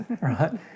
Right